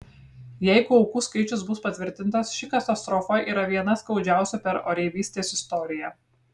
jeigu aukų skaičius bus patvirtintas ši katastrofa yra viena skaudžiausių per oreivystės istoriją